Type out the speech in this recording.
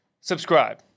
subscribe